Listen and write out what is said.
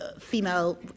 female